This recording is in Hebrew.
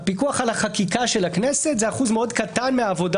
הפיקוח על החקיקה של הכנסת זה אחוז מאוד קטן מהעבודה